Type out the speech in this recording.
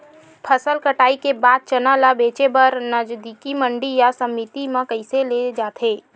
फसल कटाई के बाद चना ला बेचे बर नजदीकी मंडी या समिति मा कइसे ले जाथे?